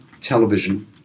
television